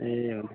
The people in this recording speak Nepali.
ए हुन्छ